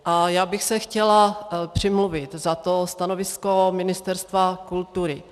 A já bych se chtěla přimluvit za to stanovisko Ministerstva kultury.